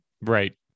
right